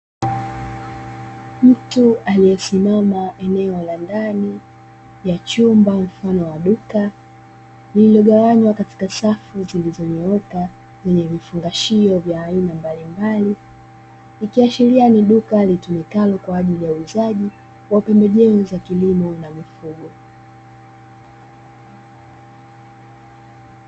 Mtu aliyesimama eneo la ndani ya chumba mfano wa duka lililogawanywa katika safu zilizo nyooka lenye vifungashio vya aina mbalimbali; ikiashiria ni duka litumikalo kwa ajili ya uuzaji wa pembejeo za kilimo na mifugo.